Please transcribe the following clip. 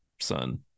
son